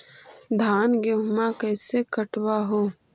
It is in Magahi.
धाना, गेहुमा कैसे कटबा हू?